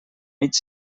mig